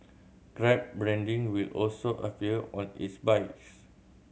grab branding will also appear on its bikes